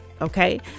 okay